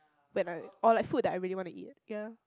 when I or like food when I really want to eat ya